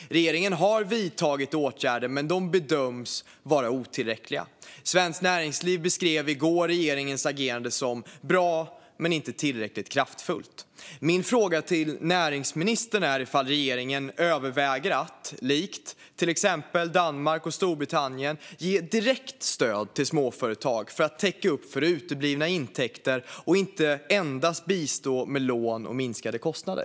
Regeringen har vidtagit åtgärder, men de bedöms vara otillräckliga. Svenskt Näringsliv beskrev i går regeringens agerande som bra men inte tillräckligt kraftfullt. Min fråga till näringsministern är om regeringen överväger att, likt till exempel Danmark och Storbritannien, ge direkt stöd till småföretag för att täcka upp för uteblivna intäkter och inte endast bistå med lån och minskade kostnader.